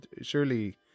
Surely